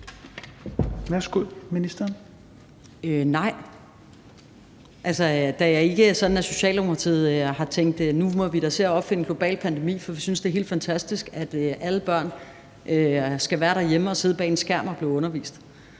Rosenkrantz-Theil): Nej. Da jeg ikke som socialdemokrat har tænkt, at nu må vi da se at opfinde en global pandemi, for vi synes, det er helt fantastisk, at alle børn skal være derhjemme og sidde bag en skærm og blive undervist,